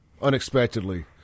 unexpectedly